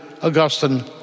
Augustine